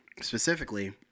specifically